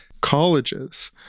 colleges